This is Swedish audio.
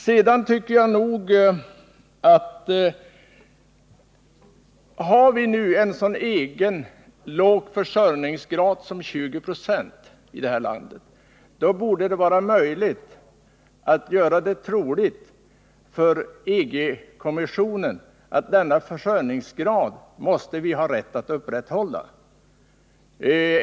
Jag tycker att har vi nu en så låg egenförsörjningsgrad som 20 96 i detta land borde det vara möjligt att göra det troligt för EG-kommissionen att denna försörjningsgrad måste vi ha rätt att upprätthålla.